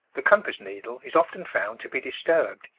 the compass-needle is often found to be disturbed,